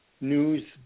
news